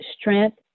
strength